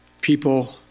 people